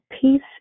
peace